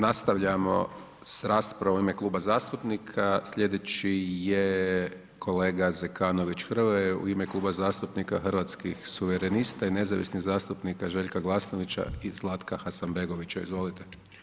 Nastavljamo s raspravom u ime kluba zastupnika, slijedeći je kolega Zekanović Hrvoje u ime Kluba zastupnika Hrvatskih suverenista i nezavisnih zastupnika Željka Glasnovića i Zlatka Hasanbegovića, izvolite.